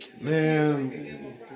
Man